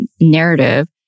narrative